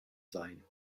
sein